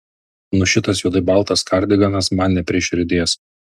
nu šitas juodai baltas kardiganas man ne prie širdies